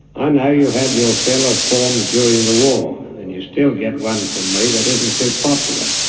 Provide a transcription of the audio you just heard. i know you've had your fill of forms during the war and you still get one from me that isn't too popular,